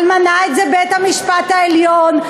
אבל מנע את זה בית-המשפט העליון,